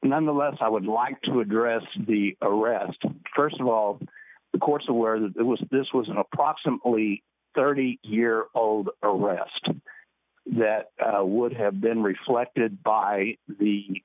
nonetheless i would like to address the arrest st of all the course of where there was this was an approximately thirty year old arrest that would have been reflected by the